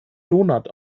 donut